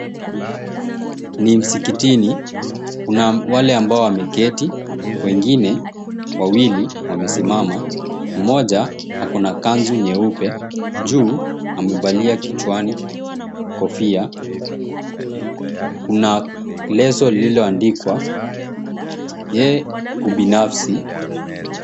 Ni msikitini kuna wale ambao wameketi wengine wawili wamesimama mmoja ako na kanzu nyeupe juu amevalia kichwani kofia. Kuna leso lililoandikwa Ye Ubinafsi.